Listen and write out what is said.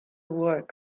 work